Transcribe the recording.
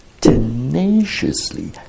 tenaciously